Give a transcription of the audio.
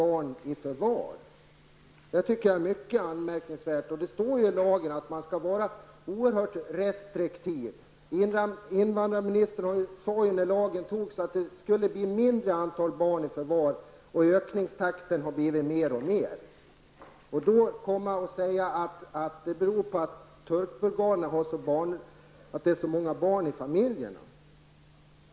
Jag tycker att det är mycket anmärkningsvärt. Det står i lagen att man skall vara oerhört restriktiv. Invandrarministern sade när lagen antogs att färre antal barn skulle tas i förvar. Ökningstakten har blivit fler och fler. Det är inte något argument att säga att det beror på att bulgarienturkarna har så många barn i familjerna.